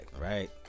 right